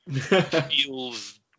feels